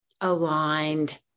aligned